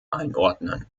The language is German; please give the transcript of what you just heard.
einordnen